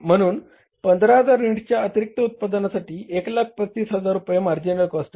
म्हणून 15000 युनिटच्या अतिरिक्त उत्पादनासाठी 135000 रुपये मार्जिनल कॉस्ट आहे